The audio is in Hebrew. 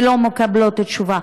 ולא מקבלות תשובה.